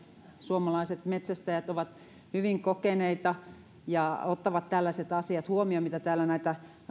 suomalaiset metsästäjät ovat hyvin kokeneita ja ottavat tällaiset asiat huomioon kuin mitä täällä näitä